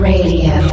Radio